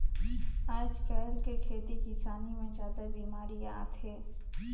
आयज कायल के खेती किसानी मे जादा बिमारी आत हे